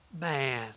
Man